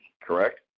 correct